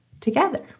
together